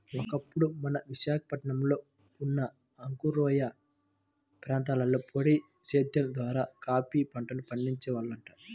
ఒకప్పుడు మన విశాఖపట్నంలో ఉన్న అరకులోయ ప్రాంతంలో పోడు సేద్దెం ద్వారా కాపీ పంటను పండించే వాళ్లంట